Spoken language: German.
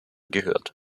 gehört